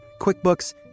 QuickBooks